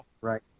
Right